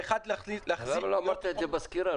ואחד --- למה לא אמרת את זה בסקירה?